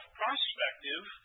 prospective